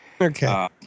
Okay